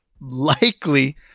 likely